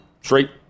straight